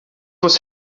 was